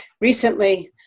recently